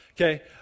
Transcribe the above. Okay